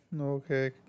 Okay